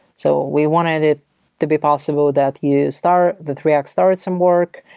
so we wanted it to be possible that you start that react started some work,